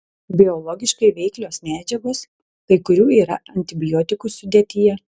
biologiškai veiklios medžiagos kai kurių yra antibiotikų sudėtyje